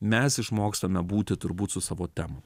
mes išmokstame būti turbūt su savo temom